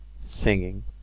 Singing